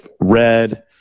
red